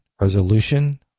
resolution